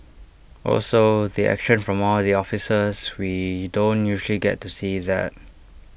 also the action from all the officers we don't usually get to see that